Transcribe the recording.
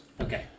Okay